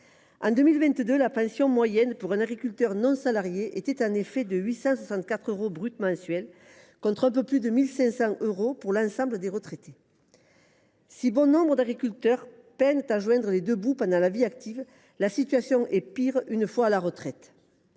En 2022, la pension moyenne d’un agriculteur non salarié était ainsi de 864 euros brut mensuels, contre un peu plus de 1 500 euros pour l’ensemble des retraités. Si bon nombre d’agriculteurs peinent à joindre les deux bouts durant leur vie active, la situation est pire une fois qu’ils sont à la retraite.